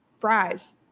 fries